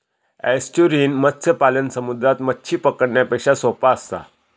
estuarine मत्स्य पालन समुद्रात मच्छी पकडण्यापेक्षा सोप्पा असता